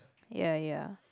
ya ya